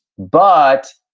but,